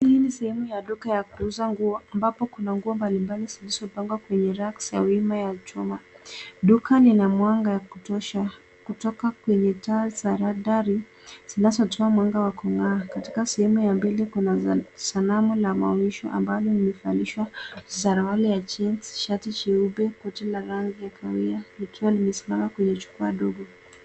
Hii ni sehemu ya duka ya kuuza nguo ambapo kuna nguo mbalimbali zilizopangwa kwenye racks ya wima ya chuma. Duka lina mwanga wa kutosha kutoka kwenye taa za dari zinazotoa mwanga wa kung'aa. Katika sehemu ya mbele kuna sanamu la maonyesho ambalo limevalishwa suruali ya jeans , shati jeupe na koti la rangi ya kahawia likiwa limesimama kwenye jukwa ndogo.